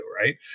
right